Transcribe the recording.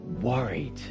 worried